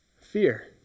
Fear